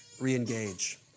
re-engage